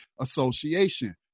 Association